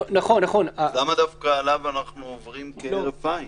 אז למה דווקא עליו אנחנו עוברים כהרף עין?